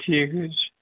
ٹھیٖک حظ چھُ